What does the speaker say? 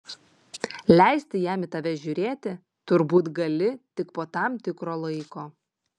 leisti jam į tave žiūrėti turbūt gali tik po tam tikro laiko